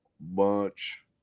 Bunch